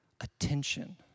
Attention